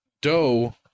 Doe